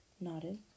nodded